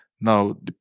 Now